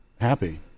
happy